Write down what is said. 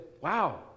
Wow